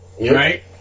right